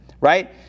Right